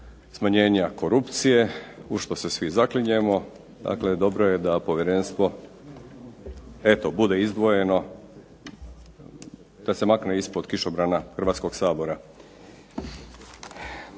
smanjenja korupcije, u što se svi zaklinjemo, dobro je da Povjerenstvo bude izdvojeno da se makne ispod kišobrana Hrvatskoga sabora.